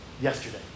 Yesterday